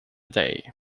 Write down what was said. day